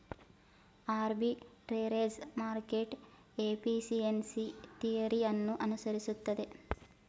arbitrage market efficiency theory ಅನ್ನು ಅನುಸರಿಸುತ್ತದೆ